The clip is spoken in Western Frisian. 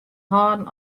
hâlden